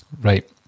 Right